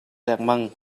lengmang